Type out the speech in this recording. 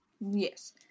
Yes